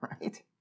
right